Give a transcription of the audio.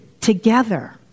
together